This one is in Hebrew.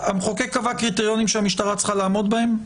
המחוקק קבע קריטריונים, שהמשטרה צריכה לעמוד בהם.